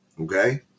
Okay